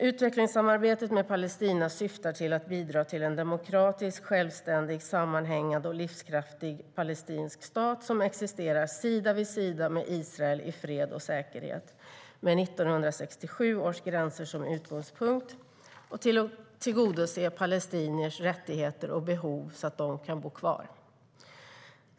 Utvecklingssamarbetet med Palestina syftar till att bidra till en demokratisk, självständig, sammanhängande och livskraftig palestinsk stat som existerar sida vid sida med Israel i fred och säkerhet, med 1967 års gränser som utgångspunkt, och till att tillgodose palestiniers rättigheter och behov så att de kan bo kvar.